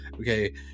okay